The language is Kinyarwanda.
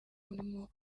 harimo